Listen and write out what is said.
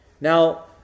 Now